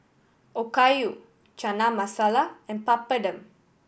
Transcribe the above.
Okayu Chana Masala and Papadum